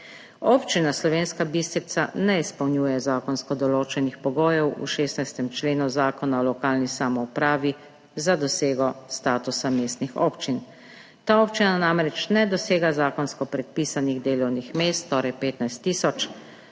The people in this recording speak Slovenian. Občina Slovenska Bistrica ne izpolnjuje zakonsko določenih pogojev v 16. členu Zakona o lokalni samoupravi za dosego statusa mestne občine. Ta občina namreč ne dosega zakonsko predpisanih delovnih mest, torej 15 tisoč.